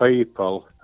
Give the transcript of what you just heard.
people